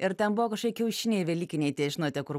ir ten buvo kažkokie kiaušiniai velykiniai žinote kur